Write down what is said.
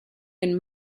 and